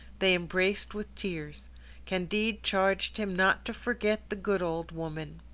they embraced with tears candide charged him not to forget the good old woman.